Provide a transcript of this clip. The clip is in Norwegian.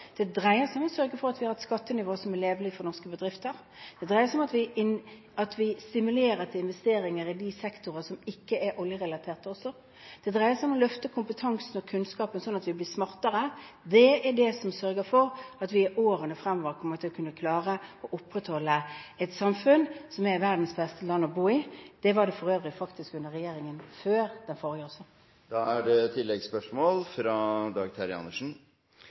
Det dreier seg om å sørge for at vi har et skattenivå som er levelig for norske bedrifter. Det dreier seg om at vi stimulerer til investeringer også i de sektorer som ikke er oljerelaterte. Det dreier seg om å løfte kompetansen og kunnskapen, slik at vi blir smartere. Det er det som skal sørge for at vi i årene fremover kommer til å kunne klare å opprettholde et samfunn som er verdens beste land å bo i. Det var det for øvrig faktisk også under regjeringen før den forrige. Jeg registrerer at det